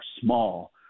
small